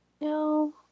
No